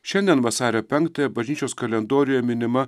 šiandien vasario penktąją bažnyčios kalendoriuje minima